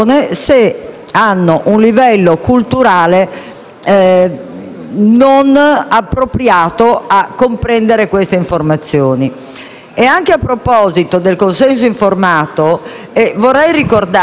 non appropriato a comprendere tali informazioni. Anche a proposito del consenso informato, vorrei ricordare un piccolo particolare fondamentale del